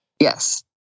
Yes